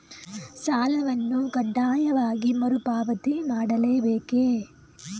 ಸಾಲವನ್ನು ಕಡ್ಡಾಯವಾಗಿ ಮರುಪಾವತಿ ಮಾಡಲೇ ಬೇಕೇ?